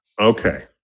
Okay